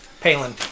Palin